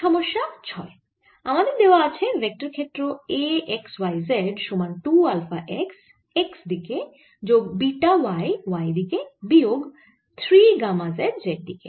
সমস্যা 6 আমাদের দেওয়া আছে ভেক্টর ক্ষেত্র A x y z সমান 2 আলফা x x দিকে যোগ বিটা y y দিকে বিয়োগ 3 গামা z z দিকে